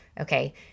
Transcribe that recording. Okay